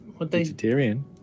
Vegetarian